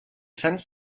sants